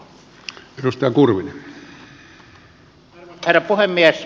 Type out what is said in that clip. arvoisa herra puhemies